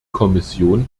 kommission